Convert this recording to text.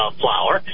flour